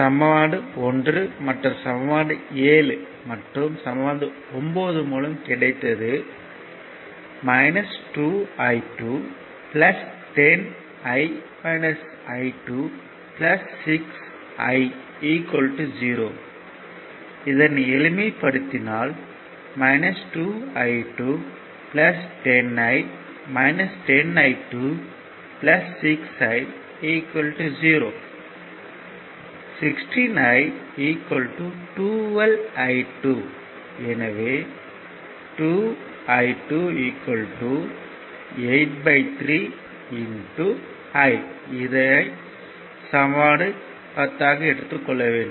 சமன்பாடு 1 மற்றும் சமன்பாடு 7 மற்றும் சமன்பாடு 9 மூலம் 2 I2 10 6 I 0 இதனை எளிமைப்படுத்தினால் 2 I2 10 I 10 I2 6 I 0 16 I 12 I2 எனவே 2 I2 83 I என கிடைக்கும்